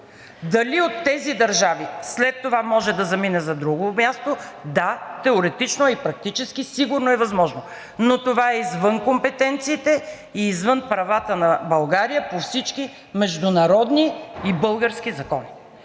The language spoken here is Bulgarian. Дали от тези държави след това може да замине за друго място – да, теоретично и практически сигурно е възможно, но това е извън компетенциите и извън правата на България по всички международни и български закони.